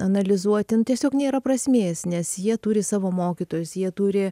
analizuoti n tiesiog nėra prasmės nes jie turi savo mokytojus jie turi